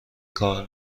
کار